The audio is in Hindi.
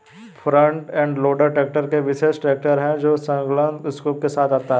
फ्रंट एंड लोडर ट्रैक्टर एक विशेष ट्रैक्टर है जो संलग्न स्कूप के साथ आता है